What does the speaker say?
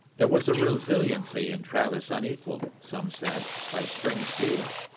there was a resiliency in travis unequalled, some said, by spring steel.